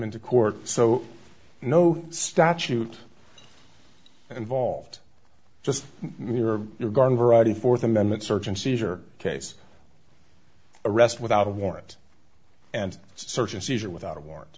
into court so no statute and volved just mirror your garden variety fourth amendment search and seizure case arrest without a warrant and search and seizure without a warrant